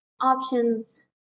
options